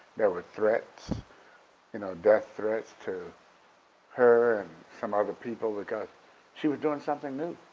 there were threats you know death threats to her and some other people because she was doing something new.